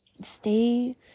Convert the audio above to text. stay